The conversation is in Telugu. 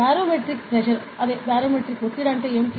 బారోమెట్రిక్ ఒత్తిడి అంటే ఏమిటి